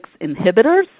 inhibitors